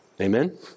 Amen